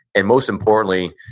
and most importantly,